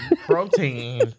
protein